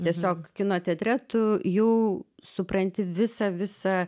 tiesiog kino teatre tu jau supranti visą visą